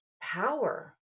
power